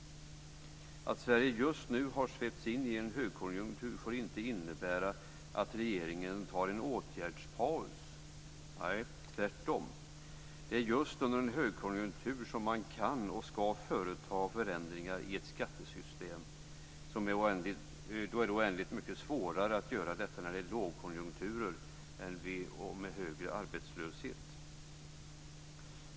Att Sverige just nu har svepts in i en högkonjunktur får inte innebära att regeringen tar en åtgärdspaus. Nej, tvärtom, det är just under en högkonjunktur som man kan och ska företa förändringar i ett skattesystem. Det är oändligt mycket svårare att göra detta när det är lågkonjunktur och högre arbetslöshet.